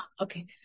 Okay